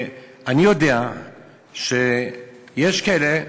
אני יודע שיש כאלה,